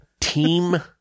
Team